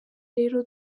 rero